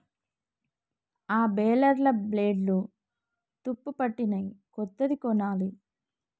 ఆ బేలర్ల బ్లేడ్లు తుప్పుపట్టినయ్, కొత్తది కొనాలి